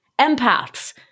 Empaths